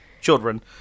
children